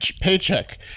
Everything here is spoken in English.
paycheck